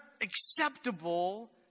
acceptable